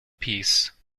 piece